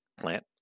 plant